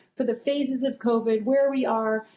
for the phases of covid, where we are,